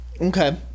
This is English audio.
Okay